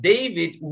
David